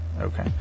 Okay